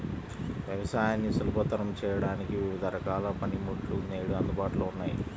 వ్యవసాయాన్ని సులభతరం చేయడానికి వివిధ రకాల పనిముట్లు నేడు అందుబాటులో ఉన్నాయి